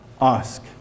ask